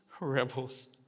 rebels